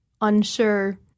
unsure